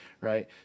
Right